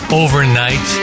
overnight